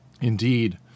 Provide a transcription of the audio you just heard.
Indeed